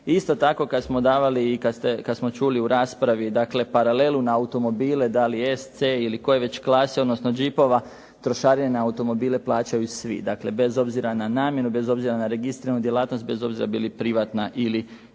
smo davali i kada smo čuli u raspravi dakle paralelu na automobile da li SC ili već koje klase odnosno džipova trošarine automobila plaćaju svi. bez obzira na namjenu, bez obzira na registriranu djelatnost, bez obzira bili pravna ili fizička